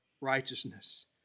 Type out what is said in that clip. righteousness